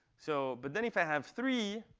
so but then if i have three